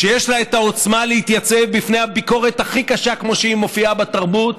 שיש לה את העוצמה להתייצב בפני הביקורת הכי קשה כמו שהיא מופיעה בתרבות,